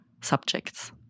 subjects